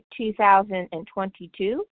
2022